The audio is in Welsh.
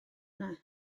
yna